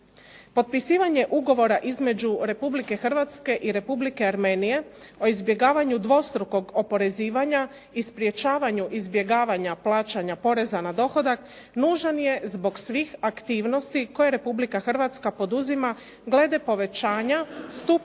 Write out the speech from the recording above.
Potpisivanje ugovora između Republike Hrvatske i Republike Armenije o izbjegavanju dvostrukog oporezivanja i sprječavanju izbjegavanja plaćanja poreza na dohodak nužan je zbog svih aktivnosti koje Republika Hrvatska poduzima glede povećanja stupnja